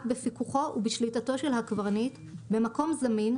בפיקוחו ובשליטתו של הקברניט במקום זמין,